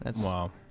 Wow